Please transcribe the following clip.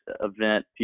event